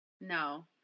No